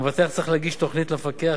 המבטח צריך להגיש תוכנית למפקח,